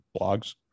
blogs